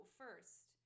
first